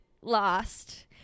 lost